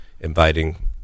inviting